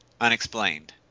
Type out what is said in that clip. unexplained